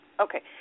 Okay